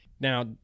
Now